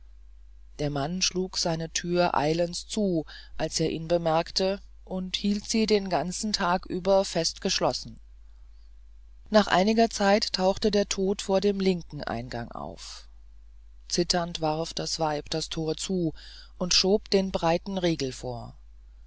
der mann schlug seine tür eilends zu als er ihn bemerkte und hielt sie den ganzen tag über fest verschlossen nach einiger zeit tauchte der tod vor dem linken eingang auf zitternd warf das weib das tor zu und schob den breiten riegel vor